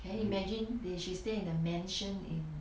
can you imagine they she stay in the mansion in